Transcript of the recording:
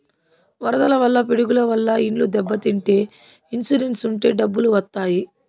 వరదల వల్ల పిడుగుల వల్ల ఇండ్లు దెబ్బతింటే ఇన్సూరెన్స్ ఉంటే డబ్బులు వత్తాయి